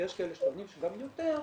ויש כאלה שטוענים שגם יותר,